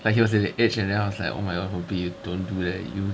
like he was at the edge and then I was like oh my god wen bin you don't do that you